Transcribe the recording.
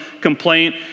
complaint